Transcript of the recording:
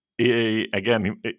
Again